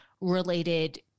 related